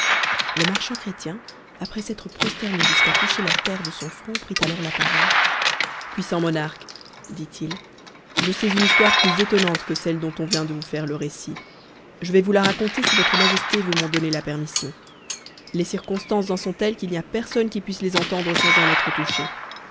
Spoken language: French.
le marchand chrétien après s'être prosterné jusqu'à toucher la terre de son front prit alors la parole puissant monarque dit-il je sais une histoire plus étonnante que celle dont on vient de vous faire le récit je vais vous la raconter si votre majesté veut m'en donner la permission les circonstances en sont telles qu'il n'y a personne qui puisse les entendre sans en être touché